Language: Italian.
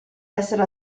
essere